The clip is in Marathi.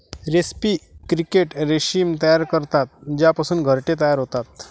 रेस्पी क्रिकेट रेशीम तयार करतात ज्यापासून घरटे तयार होतात